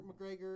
McGregor